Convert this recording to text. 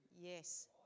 yes